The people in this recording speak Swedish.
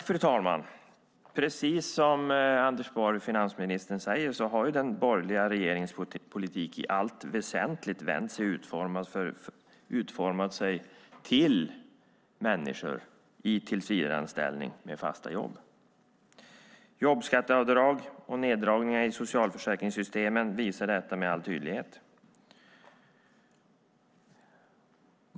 Fru talman! Precis som Anders Borg, finansministern, säger har den borgerliga regeringens politik i allt väsentligt vänt sig till och utformats för människor i tillsvidareanställning med fasta jobb. Jobbskatteavdrag och neddragningar i socialförsäkringssystemen visar detta med all tydlighet.